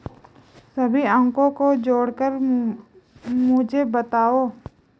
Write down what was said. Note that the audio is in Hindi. सभी अंकों को जोड़कर मुझे बताओ